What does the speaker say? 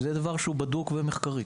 זהו דבר בדוק מחקרית.